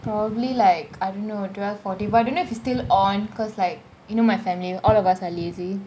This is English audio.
probably like I don't know twelve forty but I don't know if it's still on because like you know my family all of us are lazy